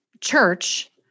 church